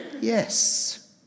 Yes